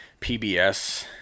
PBS